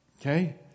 Okay